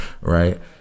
right